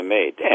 made